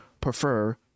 prefer